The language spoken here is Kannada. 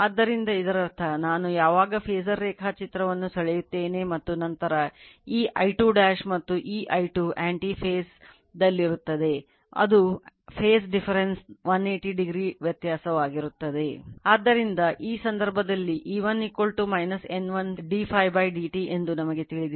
ಆದ್ದರಿಂದ ಈ ಸಂದರ್ಭದಲ್ಲಿ E1 N1 dΦ dt ಎಂದು ನಮಗೆ ತಿಳಿದಿದೆ